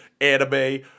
anime